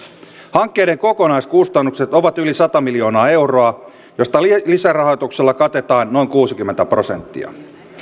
hankkeiden kokonaiskustannukset ovat yli sata miljoonaa euroa josta lisärahoituksella katetaan noin kuusikymmentä prosenttia